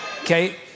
Okay